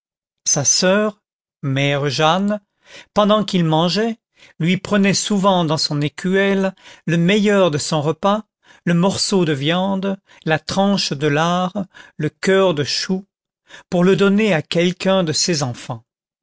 sa soeur mère jeanne pendant qu'il mangeait lui prenait souvent dans son écuelle le meilleur de son repas le morceau de viande la tranche de lard le coeur de chou pour le donner à quelqu'un de ses enfants